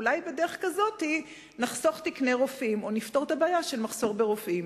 אולי בדרך כזאת נחסוך תקני רופאים או נפתור את הבעיה של מחסור ברופאים.